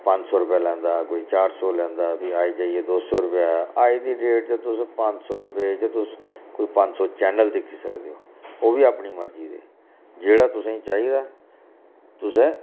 पंज सौ रपेआ लैंदा हा कोई चार सौ लैंदा हा फ्ही आई जाइयै दो सौ रपेआ अज्ज दी डेट च तुस पंज सौ रपेऽ च तुस कोई पंज सौ चैनल दिक्खी सकदे ओ ओह् बी अपनी मर्जी दे जेह्ड़ा तुसेंई चाहिदा तुसें